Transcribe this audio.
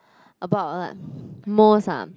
about what most ah